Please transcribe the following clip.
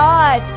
God